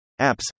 Apps